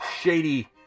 shady